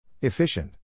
Efficient